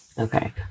okay